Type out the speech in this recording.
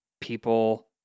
people